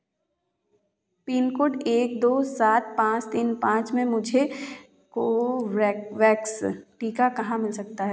pin code एक दो सात पाँच तीन पाँच में मुझे कोवैक वैक्स टीका कहाँ मिल सकता है